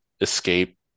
escape